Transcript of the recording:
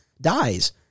dies